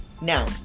Now